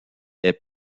est